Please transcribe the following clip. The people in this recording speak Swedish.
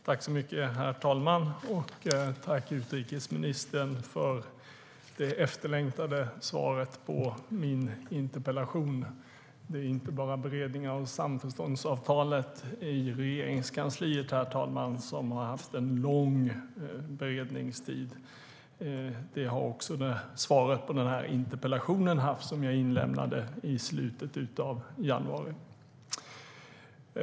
Herr talman! Jag tackar utrikesministern för det efterlängtade svaret på min interpellation. Det är inte bara samförståndsavtalet som haft lång beredningstid i Regeringskansliet, herr talman, utan också svaret på den interpellation jag inlämnade i slutet av januari.